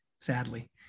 sadly